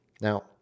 Now